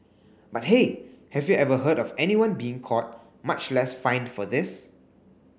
but hey have you ever heard of anyone being caught much less fined for this